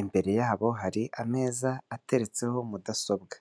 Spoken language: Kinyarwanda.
imbere yabo hari ameza ateretseho mudasobwa.